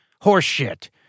Horseshit